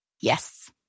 yes